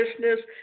business